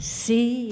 see